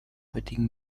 heutigen